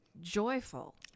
Joyful